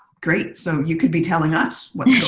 great. so you could be telling us what's